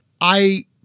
I-